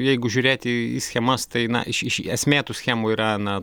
jeigu žiūrėti į schemas tai na iš iš esmė tų schemų yra na